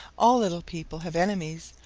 all little people have enemies,